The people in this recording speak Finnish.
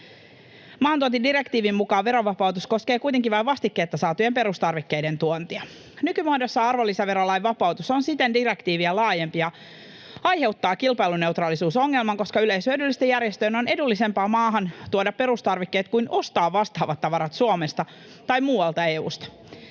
Maahantuontidirektiivin mukaan verovapaus kuitenkin koskee vain vastikkeetta saatujen perustarvikkeiden tuontia. Nykymuodossa arvonlisäverolain vapautus on siten direktiiviä laajempi ja aiheuttaa kilpailuneutraalisuusongelman, koska yleishyödyllisten järjestöjen on edullisempaa maahantuoda perustarvikkeet kuin ostaa vastaavat tavarat Suomesta tai muualta EU:sta.